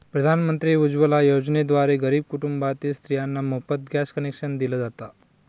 प्रधानमंत्री उज्वला योजनेद्वारे गरीब कुटुंबातील स्त्रियांना मोफत गॅस कनेक्शन दिल जात